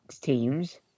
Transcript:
teams